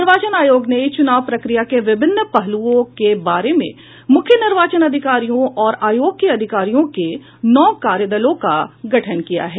निर्वाचन आयोग ने चुनाव प्रक्रिया के विभिन्न पहलुओं के बारे में मुख्य निर्वाचन अधिकारियों और आयोग के अधिकारियों के नौ कार्यदलों का गठन किया है